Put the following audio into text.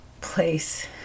place